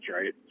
right